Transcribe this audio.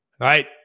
right